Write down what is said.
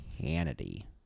Kennedy